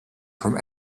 from